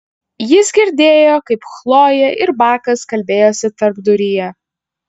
jis girdėjo kaip chlojė ir bakas kalbėjosi tarpduryje